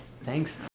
thanks